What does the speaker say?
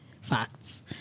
facts